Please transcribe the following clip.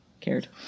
Cared